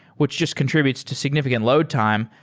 which just contributes to signifi cant load time.